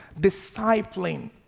discipling